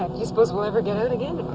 you suppose we'll ever get out again?